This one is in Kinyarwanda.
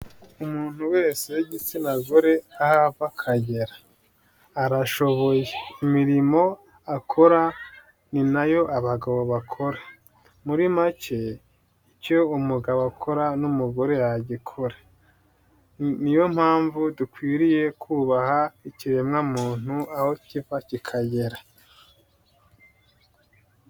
Umuntu wese w'igitsina gore aho ava akagera, arashoboye. Imirimo akora ni nayo abagabo bakora, muri make, icyo umugabo akora n'umugore yagikora. Niyo mpamvu dukwiriye kubaha ikiremwamuntu aho kiva kikagera.